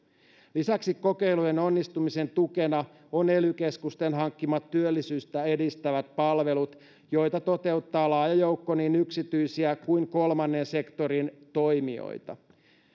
lisäksi kokeilujen onnistumisen tukena ovat ely keskusten hankkimat työllisyyttä edistävät palvelut joita toteuttaa laaja joukko niin yksityisiä kuin kolmannen sektorin toimijoita